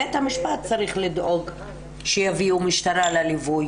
בית המשפט צריך לדאוג שיביאו משטרה לליווי.